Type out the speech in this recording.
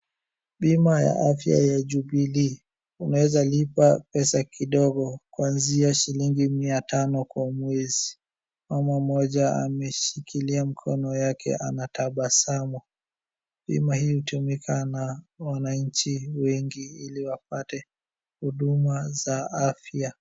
Bima ya afya ya Jubilee unaeza lipa pesa kidogo kuanzia shilingi mia tano kwa mwezi. Mama moja ameshikilia mkono yake anatabasamu, hii hutumika na wananchi wengi ili wapate huduma za afya.